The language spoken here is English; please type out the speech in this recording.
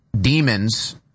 demons